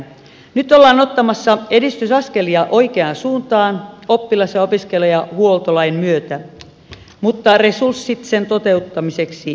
nyt ollaan ottamassa edistysaskelia oikeaan suuntaan oppilas ja opiskelijahuoltolain myötä mutta resurssit sen toteuttamiseksi mietityttävät vielä